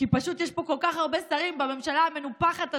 כי פשוט יש פה כל כך הרבה שרים בממשלה המנופחת הזו,